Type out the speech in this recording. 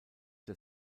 der